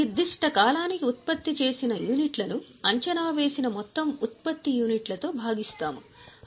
నిర్దిష్ట కాలానికి ఉత్పత్తి చేసిన యూనిట్ల ను అంచనా వేసిన మొత్తం ఉత్పత్తి తో భాగిస్తాము